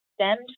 stemmed